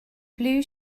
blue